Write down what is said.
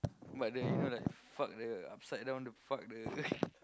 but the you know like fuck the upside down the fuck the